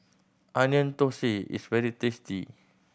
Onion Thosai is very tasty